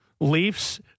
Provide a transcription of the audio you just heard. Leafs